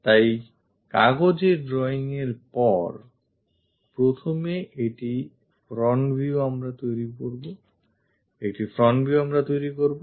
তাই কাগজে drawing এর পর প্রথমে একটি front view আমরা তৈরি করবো